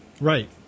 right